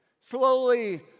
Slowly